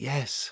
Yes